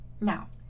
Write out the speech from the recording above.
Now